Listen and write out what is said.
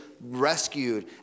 rescued